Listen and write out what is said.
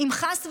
אם חס וחלילה,